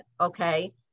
okay